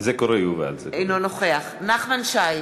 אינו נוכח נחמן שי,